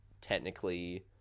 technically